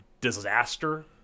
disaster